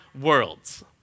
worlds